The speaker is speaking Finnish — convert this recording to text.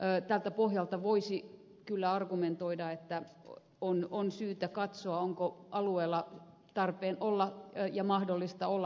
tältä pohjalta voisi kyllä argumentoida että on syytä katsoa onko alueella tarpeen olla ja mahdollista olla pidempäänkin